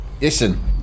Listen